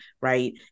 right